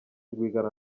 rwigara